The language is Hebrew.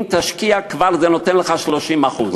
אם תשקיע, כבר זה נותן לך 30% שיפור.